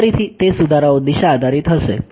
ફરીથી તે સુધારાઓ દિશા આધારિત હશે